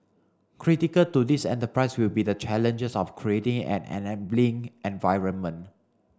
critical to this enterprise will be the challenges of creating an enabling environment